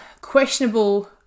questionable